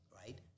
right